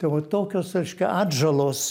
tai va tokios reiškia atžalos